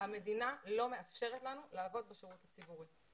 המדינה לא מאפשרת לנו לעבוד בשירות הציבורי.